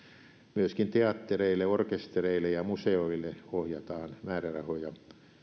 myöskin teattereille orkestereille ja museoille ohjataan määrärahoja